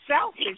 selfish